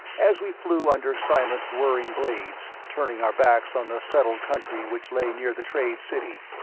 as we flew under silent whirring blades, turning our backs on the settled country which lay near the trade city,